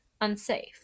unsafe